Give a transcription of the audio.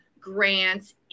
grants